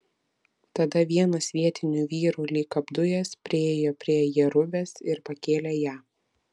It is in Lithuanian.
tada vienas vietinių vyrų lyg apdujęs priėjo prie jerubės ir pakėlė ją